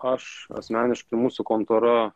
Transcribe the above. aš asmeniškai mūsų kontora